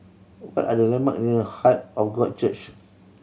what are the landmarks near Heart of God Church